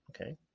okay